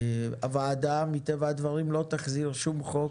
הוועדה מטבע הדברים לא תחזיר שום חוק